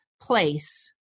place